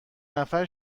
نفر